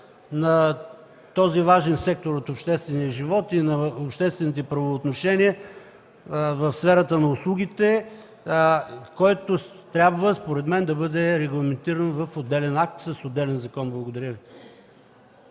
на този важен сектор от обществения живот и на обществените правоотношения в сферата на услугите, което според мен трябва да бъде регламентирано в отделен акт с отделен закон. Благодаря.